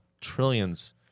trillions